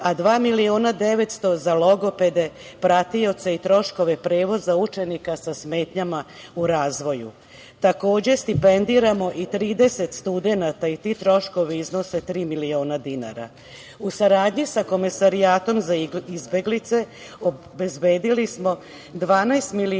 a dva miliona 900 za logopede, pratioce i troškove prevoza učenika sa smetnjama u razvoju. Takođe, stipendiramo i 30 studenata i tri troškovi iznose tri milina dinara. U saradnji sa Komesarijatom za izbeglice obezbedili smo 12 miliona